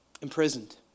imprisoned